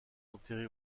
enterré